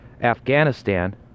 Afghanistan